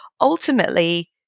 Ultimately